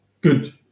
good